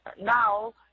now